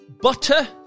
butter